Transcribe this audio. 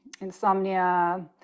insomnia